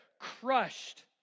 crushed